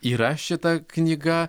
yra šita knyga